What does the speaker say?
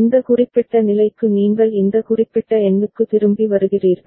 இந்த குறிப்பிட்ட நிலைக்கு நீங்கள் இந்த குறிப்பிட்ட எண்ணுக்கு திரும்பி வருகிறீர்கள்